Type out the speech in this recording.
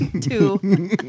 Two